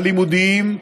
הלימודיים,